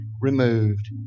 removed